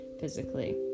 physically